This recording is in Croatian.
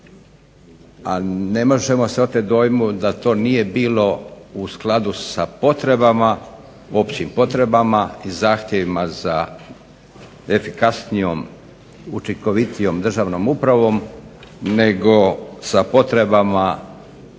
a ne možemo se oteti dojmu da to nije bilo u skladu sa potrebama, općim potrebama i zahtjevima za efikasnijom, učinkovitijom državnom upravom nego sa potrebama